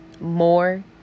more